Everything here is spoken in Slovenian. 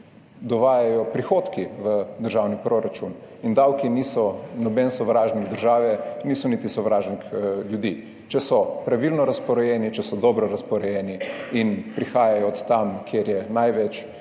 dovajajo prihodki v državni proračun. Davki niso noben sovražnik države, niso niti sovražnik ljudi, če so pravilno razporejeni, če so dobro razporejeni. Prihajajo od tam, kjer je največ,